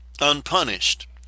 Unpunished